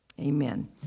amen